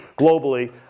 globally